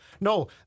No